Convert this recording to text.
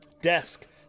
desk